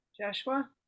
Joshua